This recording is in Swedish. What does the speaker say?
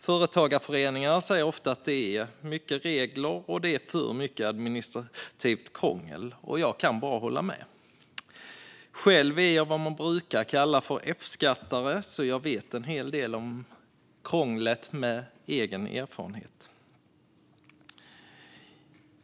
Företagarföreningar säger ofta att det är många regler och för mycket administrativt krångel. Jag kan bara hålla med. Själv är jag vad man brukar kalla F-skattare, så jag vet en hel del om krånglet genom egen erfarenhet.